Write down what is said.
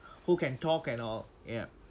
who can talk and all ya